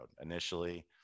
Initially